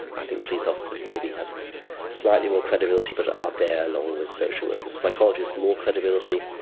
i think police officers maybe have slightly more credibility, but are there along with social workers. psychologists, more credibility.